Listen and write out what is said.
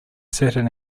certain